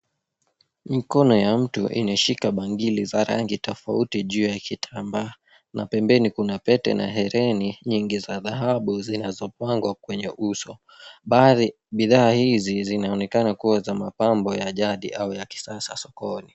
Mikono ya mtu imeshika bangili za rangi tofauti juu ya kitambaa na pembeni kuna pete na hereni nyingi za dhahabu zinazopangwa kwenye uso. Bidhaa hizi zinaonekana kuwa za mapambo ya jadi au ya kisasa sokoni.